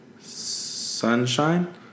sunshine